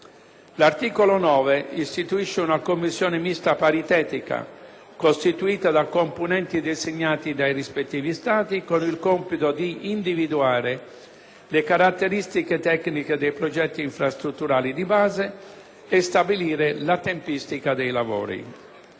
L'articolo 9 istituisce una Commissione mista paritetica, costituita da componenti designati dai rispettivi Stati, con il compito di individuare le caratteristiche tecniche dei progetti infrastrutturali di base e stabilire la tempistica dei lavori.